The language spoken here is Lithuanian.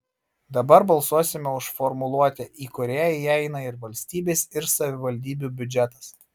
dabar balsuosime už formuluotę į kurią įeina ir valstybės ir savivaldybių biudžetas